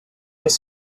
mais